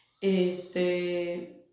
este